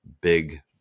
big